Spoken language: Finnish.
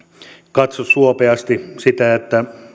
katso suopeasti sitä että